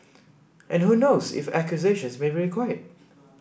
and who knows if acquisitions may be required